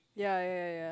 yea yea yea yea yea